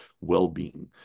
well-being